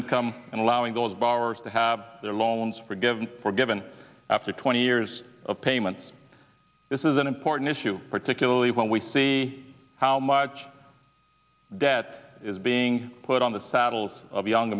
income and allowing those borrowers to have their loans forgiven forgiven after twenty years of payments this is an important issue particularly when we see how much debt is being put on the saddles of young